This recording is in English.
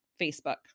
Facebook